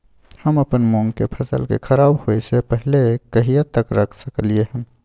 हम अपन मूंग के फसल के खराब होय स पहिले कहिया तक रख सकलिए हन?